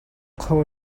kho